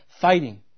fighting